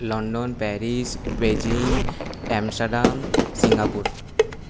London Paris Beijing Amsterdam Singapore